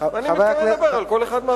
ואני רוצה לדבר על כל אחד מהחוקים.